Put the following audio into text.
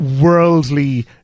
worldly